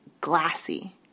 glassy